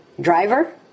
driver